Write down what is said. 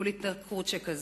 מול התנכרות שכזאת?